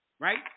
right